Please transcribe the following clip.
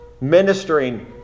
Ministering